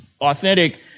authentic